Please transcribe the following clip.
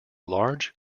large